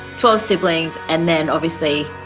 twelve siblings and then, obviously,